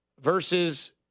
versus